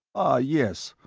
ah yes,